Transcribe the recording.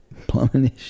plumbing